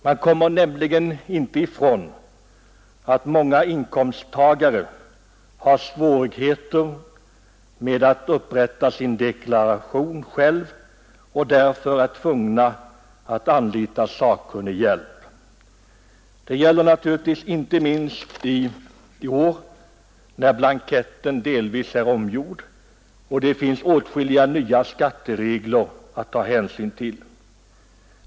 Man kan nämligen inte bortse ifrån att många inkomsttagare har svårigheter med att upprätta sin deklaration själva och därför är tvungna att anlita sakkunnig hjälp. Det gäller naturligtvis inte minst i år, när blanketten delvis är omgjord och det finns åtskilliga nya skatteregler att ta hänsyn till.